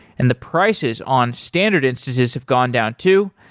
and the prices on standard instances have gone down too.